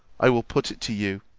i will put it to you